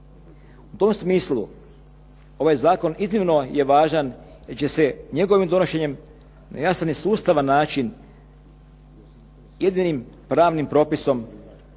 U tom smislu ovaj zakon je iznimno važan, jer će se njegovim donošenjem na jasan i sustavan način jedinim pravnim propisom,